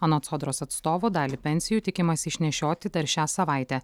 anot sodros atstovo dalį pensijų tikimasi išnešioti dar šią savaitę